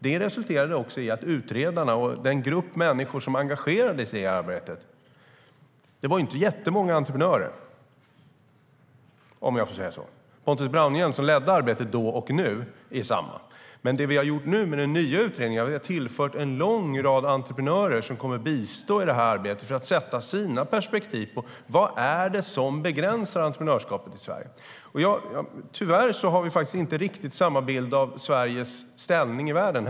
Det resulterade i att det bland utredarna och den grupp människor som engagerade sig i arbetet inte fanns jättemånga entreprenörer, om jag får säga så. Pontus Braunerhjelm, som ledde arbetet då och som gör det nu, är densamme. Men det vi har gjort med den nya utredningen är att tillföra en lång rad entreprenörer som kommer att bistå i arbetet för att sätta sina perspektiv på vad det är som begränsar entreprenörskapet i Sverige. Tyvärr har vi inte heller riktigt samma bild av Sveriges ställning i världen.